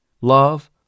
love